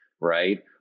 right